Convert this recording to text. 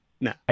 no